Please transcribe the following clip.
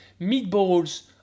meatballs